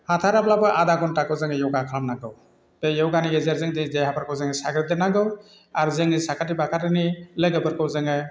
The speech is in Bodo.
हाथाराब्लाबो आदा घन्टाखौ जोङो योगा खालाम नांगौ बे योगानि गेजेजों जों देहाफोरखौ जोङो साय्डआव दोननांगौ आरो जोंनि साखाथि बाखाथिनि लोगोफोरखौ जोङो